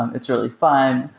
it's really fun.